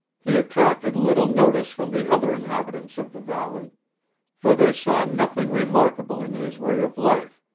he attracted little notice from the other inhabitants of the valley for they saw nothing remarkable in his way of life,